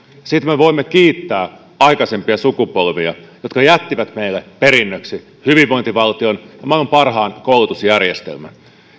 siitä me voimme kiittää aikaisempia sukupolvia jotka jättivät meille perinnöksi hyvinvointivaltion ja maan parhaan koulutusjärjestelmän